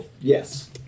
Yes